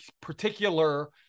particular